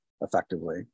effectively